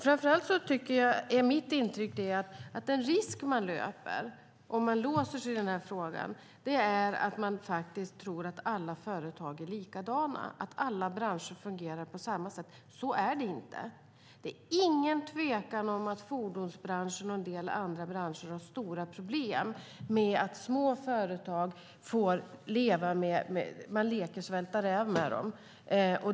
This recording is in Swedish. Framför allt är mitt intryck att den risk man löper om man låser sig i den här frågan är att man tror att alla företag är likadana, att alla branscher fungerar på samma sätt. Men så är det inte. Det är ingen tvekan om att man i fordonsbranschen och en del andra branscher har stora problem med att man leker svälta räv med dem.